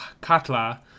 Katla